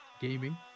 gaming